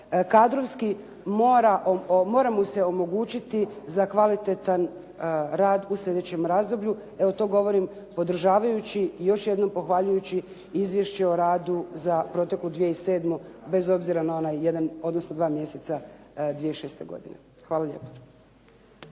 kadrovski mora, mora mu se omogućiti za kvalitetan rad u slijedećem razdoblju. Evo to govorim podržavajući i još jednom pohvaljujući izvješće o radu za proteklu 2007., bez obzira na onaj jedan, odnosno dva mjeseca 2006. godine. Hvala lijepa.